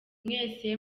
mwese